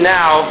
now